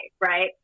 Right